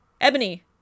Ebony